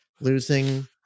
losing